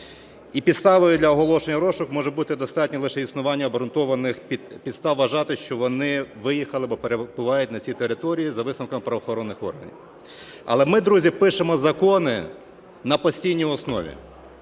І підставою для оголошення в розшук може бути достатньо лише існування обґрунтованих підстав вважати, що вони виїхали або перебувають на цій території, за висновками правоохоронних органів. Але ми, друзі, пишемо закони на постійній основі,